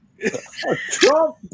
Trump